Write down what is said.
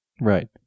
Right